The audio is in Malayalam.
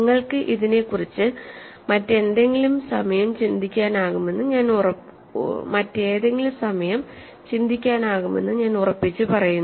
നിങ്ങൾക്ക് ഇതിനെക്കുറിച്ച് മറ്റെന്തെങ്കിലും സമയം ചിന്തിക്കാനാകുമെന്ന് ഞാൻ ഉറപ്പിച്ചുപറയുന്നു